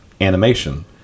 animation